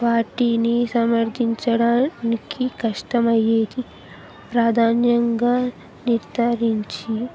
వాటిని సమర్ధించడానికి కష్టమయ్యేది ప్రాధాన్యంగా నిర్ధారించి